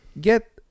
get